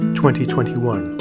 2021